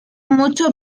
mucho